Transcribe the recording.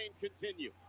continue